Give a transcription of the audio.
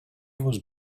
was